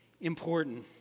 important